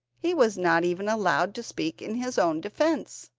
he was not even allowed to speak in his own defence,